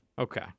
Okay